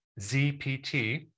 ZPT